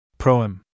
Proem